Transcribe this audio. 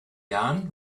jahren